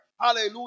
Hallelujah